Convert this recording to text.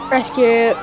Rescue